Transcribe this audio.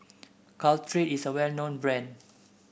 caltrate is a well known brand